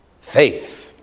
faith